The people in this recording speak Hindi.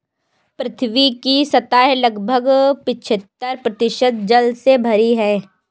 पृथ्वी की सतह लगभग पचहत्तर प्रतिशत जल से भरी है